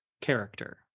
character